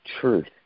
truth